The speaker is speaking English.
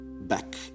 back